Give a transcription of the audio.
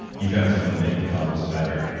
you found something that you thought was better.